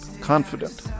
confident